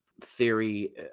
theory